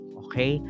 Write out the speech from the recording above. okay